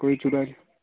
कोई चुरा ले